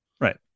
Right